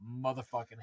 motherfucking